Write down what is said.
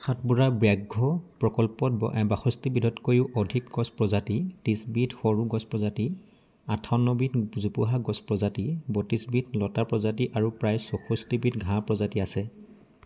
সাতপুৰা ব্যাঘ্ৰ প্ৰকল্পত বাষষ্ঠি বিধতকৈও অধিক গছ প্ৰজাতি ত্ৰিছ বিধ সৰু গছ প্ৰজাতি আঠাৱন্ন বিধ জোপোহা গছ প্ৰজাতি বত্ৰিছ বিধ লতা প্ৰজাতি আৰু প্ৰায় চৌষষ্ঠি বিধ ঘাঁহ প্ৰজাতি আছে